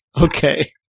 Okay